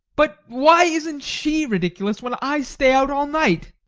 but why isn't she ridiculous when i stay out all night?